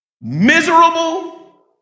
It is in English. miserable